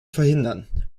verhindern